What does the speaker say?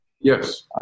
Yes